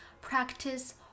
practice